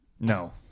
No